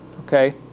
okay